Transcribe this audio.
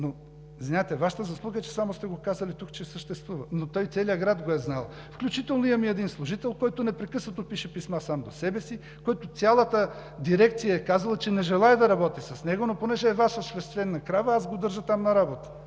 Извинявайте, Вашата заслуга е, че само сте го казали тук, че съществува, но целият град го е знаел. Включително имам един служител, който непрекъснато пише писма сам до себе си, за когото цялата дирекция е казала, че не желае да работи с него, но понеже е Ваша свещена крава, го държа там на работа.